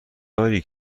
داری